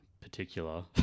particular